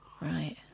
Right